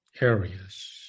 areas